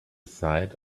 side